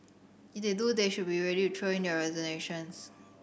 if they do they should be ready to throw in their resignations